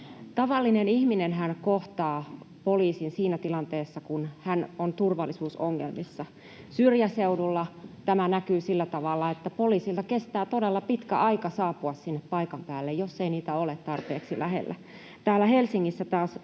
Tavallinen ihminenhän kohtaa poliisin siinä tilanteessa, kun hän on turvallisuusongelmissa. Syrjäseudulla tämä näkyy sillä tavalla, että poliisilta kestää todella pitkän ajan saapua sinne paikan päälle, jos ei niitä ole tarpeeksi lähellä. Täällä Helsingissä taas